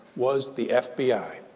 was the fbi.